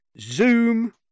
zoom